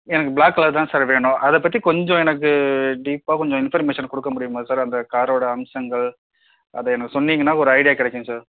எனக்கு black colour தான் sir வேணும் அதை பற்றி கொஞ்சம் எனக்கு டீப்பாக கொஞ்சம் இன்ஃபர்மேஷன் கொடுக்க முடியுமா சார் அந்த காரோட அம்சங்கள் அதை என்ன சொன்னிங்கனா ஒரு ஐடியா கிடைக்கும் சார்